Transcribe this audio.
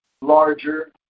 larger